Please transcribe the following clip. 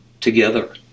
together